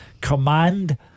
command